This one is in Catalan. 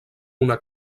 una